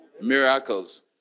miracles